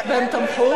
והם תמכו?